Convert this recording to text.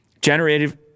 Generative